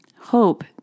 Hope